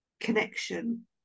connection